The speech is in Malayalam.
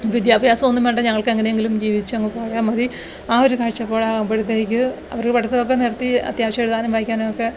വിദ്യാഭ്യാസമൊന്നും വേണ്ടാ ഞങ്ങള്ക്ക് എങ്ങനെയെങ്കിലും ജീവിച്ചങ്ങ് പോയാൽ മതി ആ ഒരു കാഴ്ചപ്പാടാവുമ്പഴത്തേക്ക് അവരുടെ പഠിത്തം ഒക്കെ നിര്ത്തി അത്യാവശ്യം എഴുതാനും വായിക്കാനുമൊക്കെ